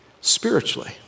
spiritually